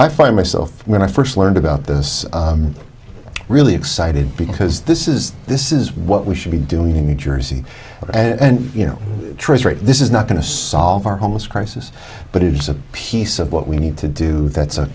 i find myself when i first learned about this really excited because this is this is what we should be doing new jersey and you know this is not going to solve our homeless crisis but it's a piece of what we need to do that's